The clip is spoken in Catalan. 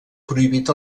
prohibit